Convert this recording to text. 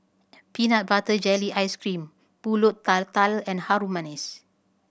peanut butter jelly ice cream Pulut Tatal and Harum Manis